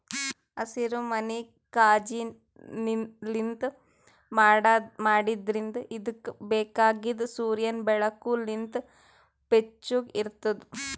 ಹಸಿರುಮನಿ ಕಾಜಿನ್ಲಿಂತ್ ಮಾಡಿದ್ರಿಂದ್ ಇದುಕ್ ಬೇಕಾಗಿದ್ ಸೂರ್ಯನ್ ಬೆಳಕು ಲಿಂತ್ ಬೆಚ್ಚುಗ್ ಇರ್ತುದ್